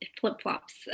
flip-flops